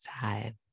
side